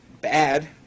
bad